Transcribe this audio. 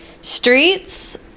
Streets